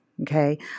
Okay